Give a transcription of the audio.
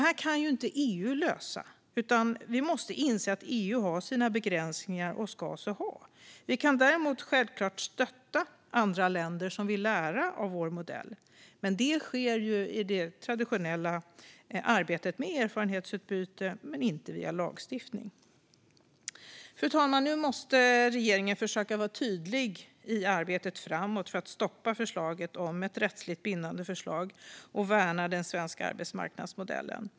Detta kan inte EU lösa, utan vi måste inse att EU har sina begränsningar - och ska så ha. Vi kan däremot stötta andra länder som vill lära av vår modell, men det sker i det traditionella arbetet med erfarenhetsutbyte - inte via lagstiftning. Fru talman! Nu måste regeringen försöka vara tydlig i arbetet framåt för att stoppa förslaget om ett rättsligt bindande förslag och värna den svenska arbetsmarknadsmodellen.